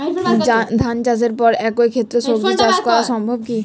ধান চাষের পর একই ক্ষেতে সবজি চাষ করা সম্ভব কি?